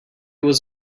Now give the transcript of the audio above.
was